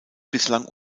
bislang